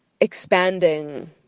expanding